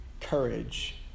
courage